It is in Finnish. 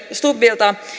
stubbilta